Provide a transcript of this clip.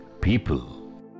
people